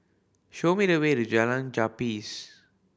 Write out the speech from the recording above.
show me the way to Jalan Japis